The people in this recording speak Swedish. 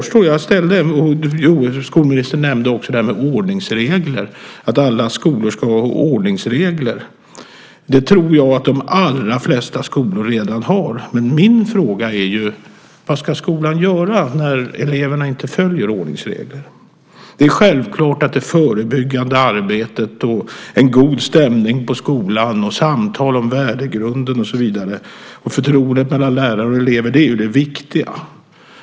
Skolministern nämnde också att alla skolor ska ha ordningsregler. Det tror jag att de allra flesta skolor redan har. Men min fråga är: Vad ska skolan göra när eleverna inte följer ordningsreglerna? Det är självklart att det förebyggande arbetet, en god stämning på skolan, samtal om värdegrunden, förtroendet mellan lärare och elever och så vidare är det viktiga.